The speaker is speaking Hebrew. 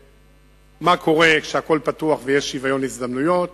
למה קורה כשהכול פתוח ויש שוויון הזדמנויות,